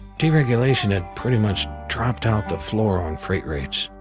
deregulation had pretty much dropped out the floor on freight rates,